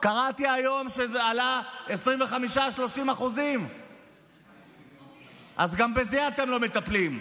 קראתי היום שזה עלה ב-25% 30%. אז גם בזה אתם לא מטפלים,